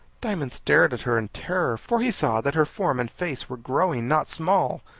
diamond stared at her in terror, for he saw that her form and face were growing, not small,